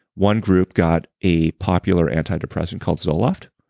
one group got a popular antidepressant called zoloft.